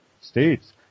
states